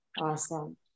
awesome